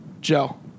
Joe